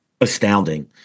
astounding